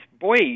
boy